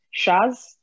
Shaz